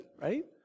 right